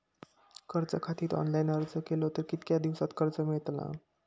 कर्जा खातीत ऑनलाईन अर्ज केलो तर कितक्या दिवसात कर्ज मेलतला?